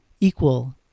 equal